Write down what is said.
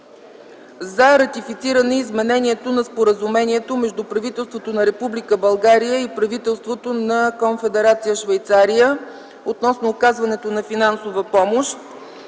за ратифициране изменението на Споразумението между правителството на Република България и правителството на Конфедерация Швейцария относно оказването на финансова помощ.